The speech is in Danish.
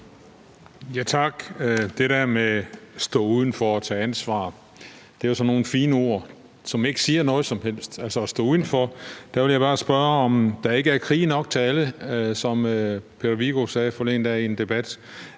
man taler om at stå udenfor og tage ansvar, er det jo sådan nogle fine ord, som ikke siger noget som helst. Med hensyn til at stå udenfor vil jeg bare spørge, om der ikke er krige nok til alle, som Peter Viggo Jakobsen sagde forleden dag i en debat.